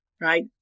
right